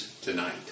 tonight